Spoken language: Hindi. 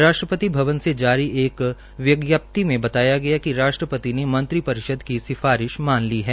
राष्ट्रपति भवन से जारी एक विज्ञप्ति में बताया गया कि राष्ट्रपति ने मंत्री परिषद की सिफारिष मान ली है